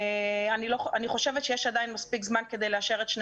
אני חושבת שעדיין יש מספיק זמן כדי לאשר את שני